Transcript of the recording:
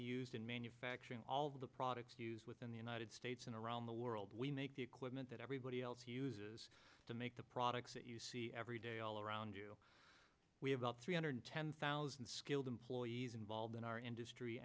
used in manufacturing all of the products within the united states and around the world we make the equipment that everybody else uses to make the products that you see every day all around you we have about three hundred ten thousand skilled employees involved in our industry